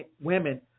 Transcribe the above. women